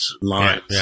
lines